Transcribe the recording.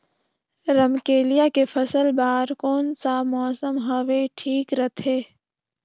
रमकेलिया के फसल बार कोन सा मौसम हवे ठीक रथे?